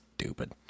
stupid